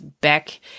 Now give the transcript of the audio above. back